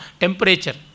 temperature